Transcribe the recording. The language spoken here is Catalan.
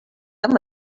amb